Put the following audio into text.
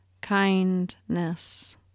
kindness